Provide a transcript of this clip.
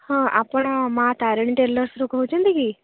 ହଁ ଆପଣ ମାଆ ତାରିଣୀ ଟେଲର୍ସରୁ କହୁଛନ୍ତି କି